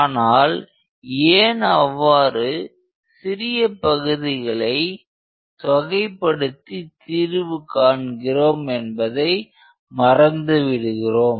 ஆனால் ஏன் அவ்வாறு சிறிய பகுதிகளை தொகைப்படுத்தி தீர்வு காண்கின்றோம் என்பதை மறந்துவிடுகிறோம்